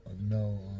no